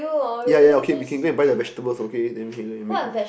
yea yea okay we can go and buy the vegetables okay then we can go and make